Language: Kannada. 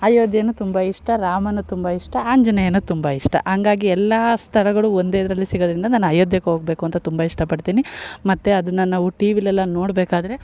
ಅಯೋಧ್ಯೆನು ತುಂಬ ಇಷ್ಟ ರಾಮನು ತುಂಬ ಇಷ್ಟ ಆಂಜನೇಯನು ತುಂಬ ಇಷ್ಟ ಹಂಗಾಗಿ ಎಲ್ಲಾ ಸ್ಥಳಗಳು ಒಂದೇ ಇದರಲ್ಲಿ ಸಿಗೋದರಿಂದ ನಾನು ಅಯೋಧ್ಯೆಗೆ ಹೋಗ್ಬೇಕು ಅಂತ ತುಂಬ ಇಷ್ಟ ಪಡ್ತಿನಿ ಮತ್ತು ಅದನ್ನ ನಾವು ಟಿ ವಿಲೆಲ್ಲ ನೋಡಬೇಕಾದ್ರೆ